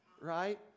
right